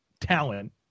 talent